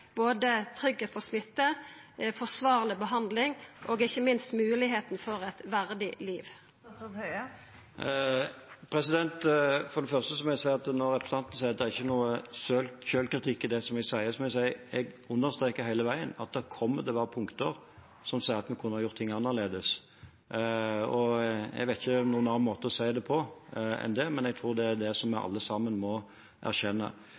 både tryggleik for smitte, forsvarleg behandling og ikkje minst moglegheit for eit verdig liv? For det første må jeg si at når representanten hevder det ikke er noe selvkritikk i det jeg sier, understreket jeg hele veien at det kommer til å være punkter som sier at vi kunne ha gjort ting annerledes. Jeg vet ikke noen annen måte å si det på enn det. Jeg tror det er det vi alle sammen må erkjenne.